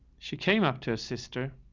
she came up to her sister